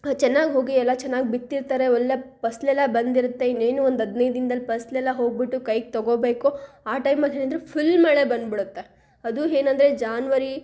ಚೆನ್ನಾಗಿ ಹೋಗಿ ಎಲ್ಲ ಚೆನ್ನಾಗಿ ಬಿತ್ತಿರ್ತಾರೆ ಒಳ್ಳೆಯ ಫಸ್ಲೆಲ್ಲಾ ಬಂದಿರುತ್ತೆ ಇನ್ನೇನು ಒಂದು ಹದಿನೈದು ದಿನ್ದಲ್ಲಿ ಫಸ್ಲೆಲ್ಲ ಹೋಗಿಬಿಟ್ಟು ಕೈಗೆ ತಗೊಬೇಕು ಆ ಟೈಮಲ್ಲಿ ಏನಂದ್ರೆ ಫುಲ್ ಮಳೆ ಬಂದುಬಿಡುತ್ತೆ ಅದು ಏನಂದ್ರೆ ಜಾನ್ವರಿ